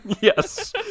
yes